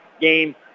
game